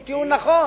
הוא טיעון נכון.